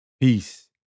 Peace